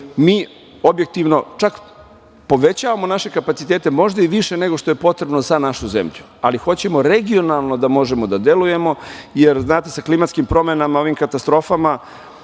objektivno čak povećavamo naše kapacitete, možda i više nego što je potrebno za našu zemlju, ali hoćemo regionalno da možemo da delujemo, jer znate, sa klimatskim promenama, ovim katastrofama,